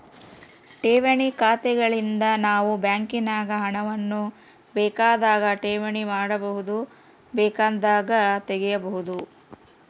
ಠೇವಣಿ ಖಾತೆಗಳಿಂದ ನಾವು ಬ್ಯಾಂಕಿನಾಗ ಹಣವನ್ನು ಬೇಕಾದಾಗ ಠೇವಣಿ ಮಾಡಬಹುದು, ಬೇಕೆಂದಾಗ ತೆಗೆಯಬಹುದು